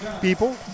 people